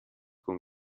con